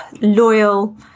Loyal